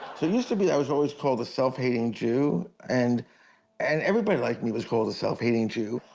to be i was always called a self-hating jew, and and everybody like me was called a self-hating jew.